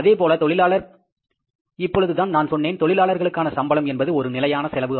அதேபோல தொழிலாளர் இப்பொழுதுதான் நான் சொன்னேன் தொழிலாளர்களுக்கான சம்பளம் என்பது ஒரு நிலையான செலவு